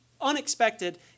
unexpected